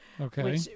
Okay